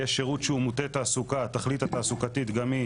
יהיה שירות שהוא מוטה תעסוקה התכלית התעסוקתית גם היא